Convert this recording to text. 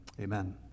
amen